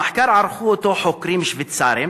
את המחקר ערכו חוקרים שוויצרים,